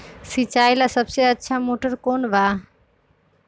सिंचाई ला सबसे अच्छा मोटर कौन बा?